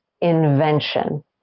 invention